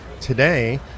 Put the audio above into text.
Today